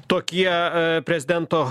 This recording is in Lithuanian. tokie a prezidento